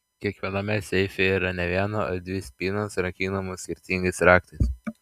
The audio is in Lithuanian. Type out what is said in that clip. kiekviename seife yra ne viena o dvi spynos rakinamos skirtingais raktais